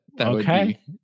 Okay